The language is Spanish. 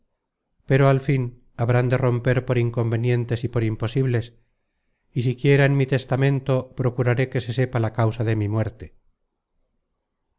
pero al fin habrán de romper por inconvenientes y por imposibles y siquiera en mi testamento procuraré que se sepa la causa de mi muerte